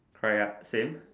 correct ya same